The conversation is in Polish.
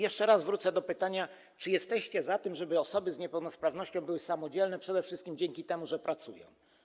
Jeszcze raz wrócę do pytania, czy jesteście za tym, żeby osoby z niepełnosprawnością były samodzielne przede wszystkim dzięki temu, że pracują.